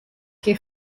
che